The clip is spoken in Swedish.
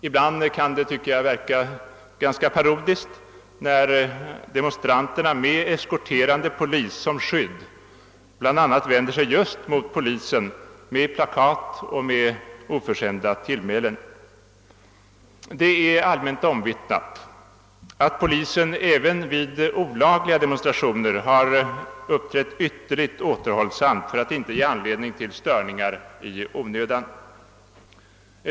Ibland tycker jag att det kan verka litet parodiskt när demonstranterna med eskorterande polis som skydd bl.a. vänder sig just mot polisen med plakat och oförskämda tillmälen. Det är allmänt omvittnat att polisen även vid olagliga demonstrationer uppträtt ytterligt återhållsamt för att inte ge anledning till störningar i onödan.